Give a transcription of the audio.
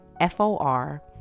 F-O-R